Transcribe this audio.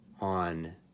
on